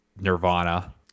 Nirvana